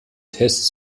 tests